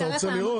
אתה רוצה לראות?